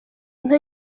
nka